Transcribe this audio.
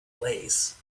lace